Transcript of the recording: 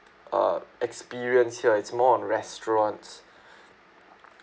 uh experience here it's more on restaurants